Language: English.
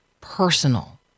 personal